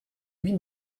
huit